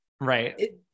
Right